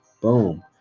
boom